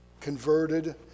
converted